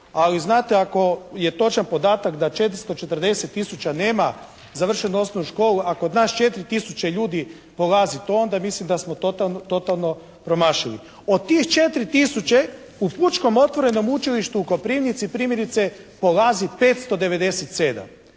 ali znate ako je točan podatak da 440 tisuća nema završenu osnovnu školu, a kod nas 4 tisuće ljudi polazi to, onda ja mislim da smo totalno promašili. Od tih 4 tisuće u Pučkom otvorenom učilištu u Koprivnici primjerice polazi 597.